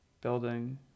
building